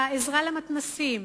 עזרה למתנ"סים,